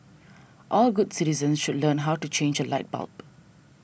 all good citizens should learn how to change a light bulb